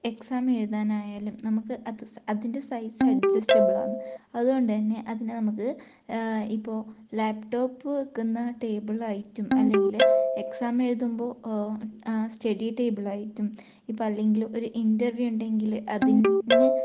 exam എഴുതാൻ ആയാലും നമുക്ക് അത് അതിൻ്റെ സൈസ് അഡ്ജസ്റ്റബിളാണ് അതുകൊണ്ട് തന്നെ അതിനെ നമുക്ക് ഇപ്പോൾ ലാപ്ടോപ്പ് വെക്കുന്ന ടേബിളായിട്ടും അല്ലെങ്കിൽ എക്സാം എഴുതുമ്പോൾ സ്റ്റഡി ടേബിളായിട്ടും ഇപ്പം അല്ലെങ്കിൽ ഒരു ഇൻ്റർവ്യൂ ഉണ്ടെങ്കിൽ അതിന്